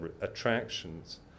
attractions